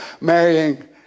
Marrying